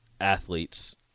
athletes